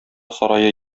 сарае